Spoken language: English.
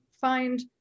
find